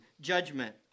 judgment